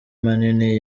manini